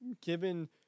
given